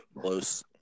close